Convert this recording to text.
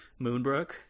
Moonbrook